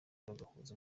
bagahuza